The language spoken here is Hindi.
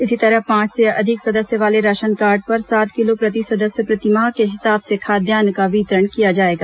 इसी तरह पांच से अधिक सदस्य वाले राशनकार्ड पर सात किलो प्रति सदस्य प्रतिमाह के हिसाब से खाद्यान्न का वितरण किया जाएगा